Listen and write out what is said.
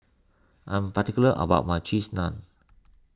I am particular about my Cheese Naan